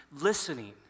listening